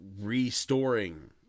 restoring